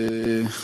תודה רבה,